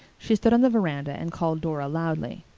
she stood on the veranda and called dora loudly.